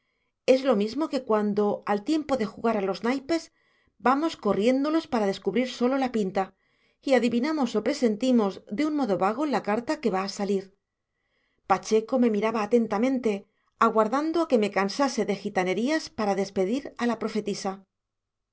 es lo mismo que cuando al tiempo de jugar a los naipes vamos corriéndolos para descubrir sólo la pinta y adivinamos o presentimos de un modo vago la carta que va a salir pacheco me miraba atentamente aguardando a que me cansase de gitanerías para despedir a la profetisa